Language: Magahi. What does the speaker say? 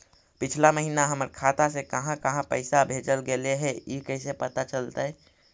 पिछला महिना हमर खाता से काहां काहां पैसा भेजल गेले हे इ कैसे पता चलतै?